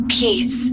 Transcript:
peace